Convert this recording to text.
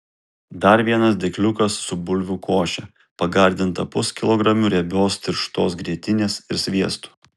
dar vienas dėkliukas su bulvių koše pagardinta puskilogramiu riebios tirštos grietinės ir sviestu